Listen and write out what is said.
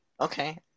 okay